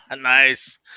Nice